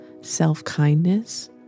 self-kindness